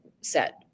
set